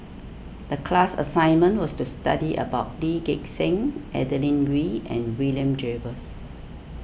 the class assignment was to study about Lee Gek Seng Adeline Ooi and William Jervois